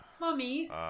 Mummy